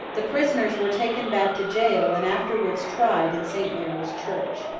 the prisoners were taken back to jail, and afterwards tried in st. mary's church.